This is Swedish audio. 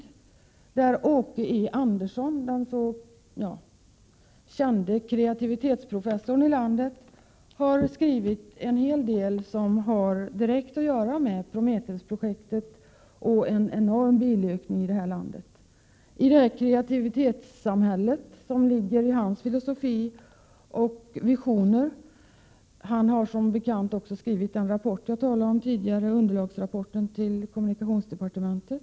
I boken har Åke E Andersson, den kände kreativitetsprofessorn, skrivit en hel del som har anknytning till Prometheus-projektet. Han förutser en enorm ökning av bilismen i vårt land. Boken handlar om det kreativitetssamhälle som framställs i Åke E Anderssons filosofi och visioner — han har som bekant också skrivit den av mig tidigare nämnda underlagsrapporten till kommunikationsdepartementet.